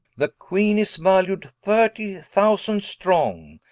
the queene is valued thirtie thousand strong,